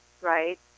right